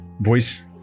voice